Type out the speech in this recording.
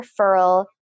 referral